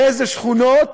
ואיזה שכונות